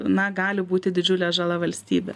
na gali būti didžiulė žala valstybė